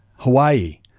Hawaii